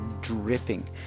dripping